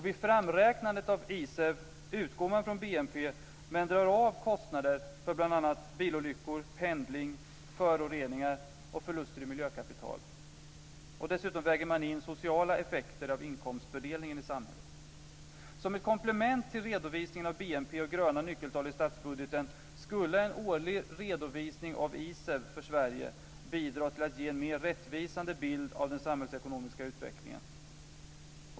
Vid framräknandet av ISEW utgår man från BNP, men drar av kostnader för bl.a. bilolyckor, pendling, föroreningar och förluster i miljökapital. Dessutom väger man in sociala effekter av inkomstfördelningen i samhället. och gröna nyckeltal i statsbudgeten skulle en årlig redovisning av ISEW för Sverige bidra till att ge en mer rättvisande bild av den samhällsekonomiska utvecklingen.